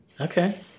Okay